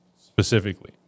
specifically